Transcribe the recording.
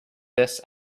this